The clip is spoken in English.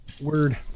Word